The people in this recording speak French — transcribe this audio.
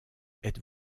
êtes